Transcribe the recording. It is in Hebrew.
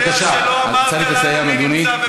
בבקשה, צריך לסיים, אדוני.